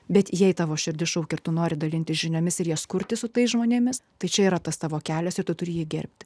bet jei tavo širdis šaukė tu nori dalintis žiniomis ir jas kurti su tais žmonėmis tai čia yra tas tavo kelias ir tu turėjai gerbti